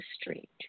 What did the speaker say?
street